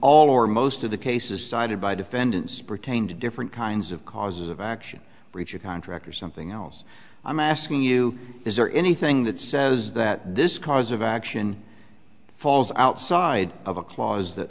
all or most of the cases cited by defendants pertain to different kinds of causes of action breach of contract or something else i'm asking you is there anything that says that this cause of action falls outside of a clause that